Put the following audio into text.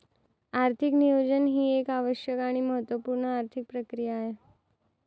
आर्थिक नियोजन ही एक आवश्यक आणि महत्त्व पूर्ण आर्थिक प्रक्रिया आहे